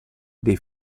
dei